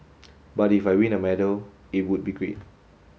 but if I win a medal it would be great